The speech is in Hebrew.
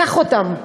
קח אותם,